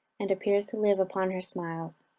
and appears to live upon her smiles.